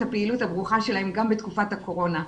הפעילות הברוכה שלהם גם בתקופת הקורונה.